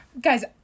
Guys